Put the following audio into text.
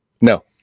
no